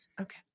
Okay